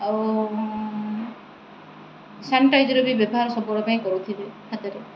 ଆଉ ସାନିଟାଇଜର୍ ବି ବ୍ୟବହାର ସବୁବେଳ ପାଇଁ କରୁଥିବେ ହାତରେ